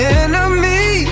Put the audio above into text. enemy